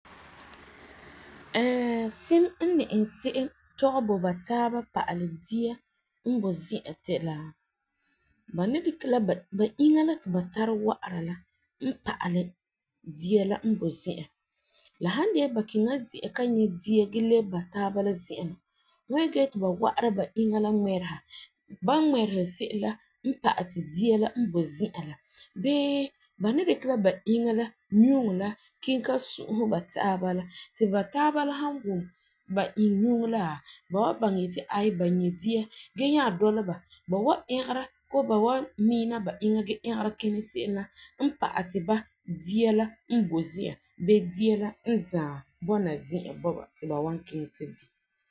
sim n ni iŋɛ se'em tɔgɛ bɔ ba taaba pa'alɛ dia n bo zi'an de la ba ni dikɛ la ba inya la ti ba tara wa'ara la n pa'alɛ dia la n boi zi'an. La san de ba kiŋɛ la zi'an ta nyɛ dia la gee lebe ba taaba zi'an la na, fu wan nyɛ gee ti ba wa'ara ba inya ŋmɛrisa, ba ŋmɛrihi se'em la n pa'alɛ dia la n boi zi'an bee ba ni dikɛ la ba inya nyuuŋɔ kiŋɛ ta sɔ taaba la ba taaba la san wum nyuuŋɔ la ba wan dɔla ba. Ba was ɛgeri koo ba wan miina ba inya la gee kina se'em la n pa'alɛ ba dia la boi zi'an bɔna ti ba wan kiŋɛ ta di.